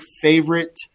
favorite